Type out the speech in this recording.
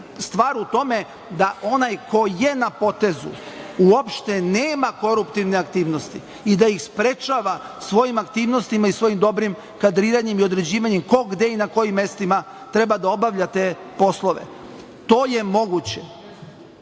Stvar je u tome da onaj ko je na potezu uopšte nema koruptivne aktivnosti i da ih sprečava svojim aktivnostima i svojim dobrim kadriranjem i određivanjem ko, gde i na kojim mestima treba da obavlja te poslove. To je moguće,